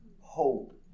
hope